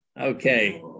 Okay